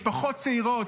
משפחות צעירות,